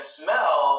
smell